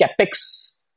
capex